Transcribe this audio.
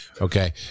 Okay